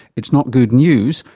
it's not good news,